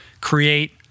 create